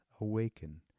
awaken